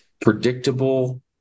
predictable